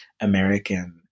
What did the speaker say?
American